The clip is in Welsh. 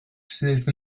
sydd